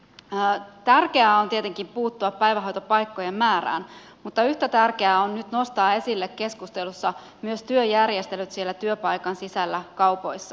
tärkeää on tietenkin puuttua päivähoitopaikkojen määrään mutta yhtä tärkeää on nyt nostaa esille keskustelussa myös työjärjestelyt siellä työpaikan sisällä kaupoissa